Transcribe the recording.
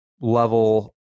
level